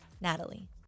Natalie